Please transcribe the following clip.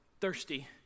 thirsty